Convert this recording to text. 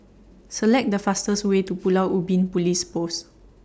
Select The fastest Way to Pulau Ubin Police Post